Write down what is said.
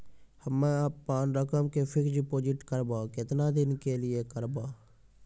हम्मे अपन रकम के फिक्स्ड डिपोजिट करबऽ केतना दिन के लिए करबऽ?